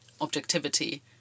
objectivity